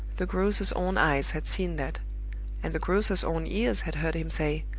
the grocer's own eyes had seen that and the grocer's own ears had heard him say,